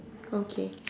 okay